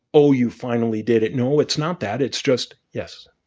oh, you finally did it. no, it's not that. it's just yes,